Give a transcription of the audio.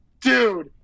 dude